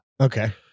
Okay